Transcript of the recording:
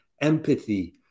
empathy